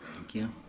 thank you.